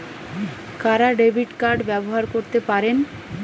কারা debit card ব্যবহার করতে পারেন?